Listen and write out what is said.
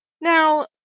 Now